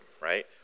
right